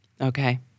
Okay